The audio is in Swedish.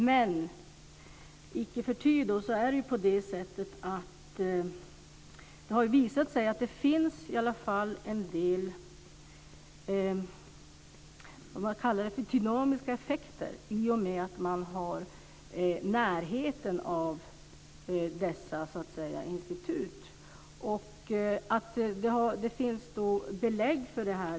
Men icke förty har det visat sig att det i alla fall finns en del låt oss kalla det dynamiska effekter i och med att man har närhet till dessa institut. Det finns belägg för det.